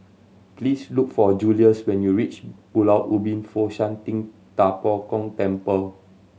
please look for Julius when you reach Pulau Ubin Fo Shan Ting Da Bo Gong Temple